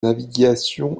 navigation